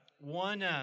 one